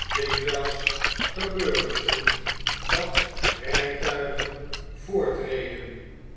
dikwn'ls gebeurde het dat rijtuigen